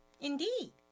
Indeed